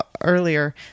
earlier